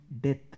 death